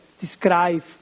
describe